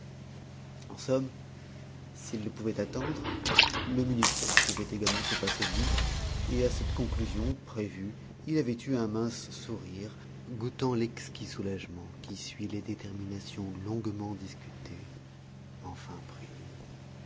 en somme s'il le pouvait attendre le ministère pouvait également se passer de lui et à cette conclusion prévue il avait eu un mince sourire goûtant l'exquis soulagement qui suit les déterminations longuement discutées enfin prises